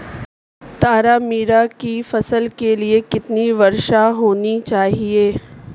तारामीरा की फसल के लिए कितनी वर्षा होनी चाहिए?